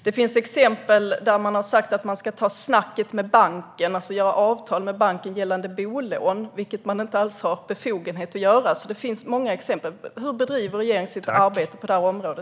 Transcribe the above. Det finns exempel där man har sagt att man ska "ta snacket med banken", alltså göra avtal med banken gällande bolån, vilket man inte alls har befogenhet att göra. Hur bedriver regeringen sitt arbete på detta område?